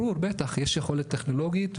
אנחנו עובדים על הסוגייה עם חברת החשמל ועם חברת נגה,